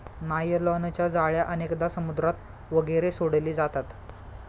नायलॉनच्या जाळ्या अनेकदा समुद्रात वगैरे सोडले जातात